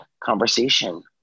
conversation